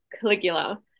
Caligula